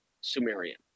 Sumerian